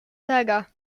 saga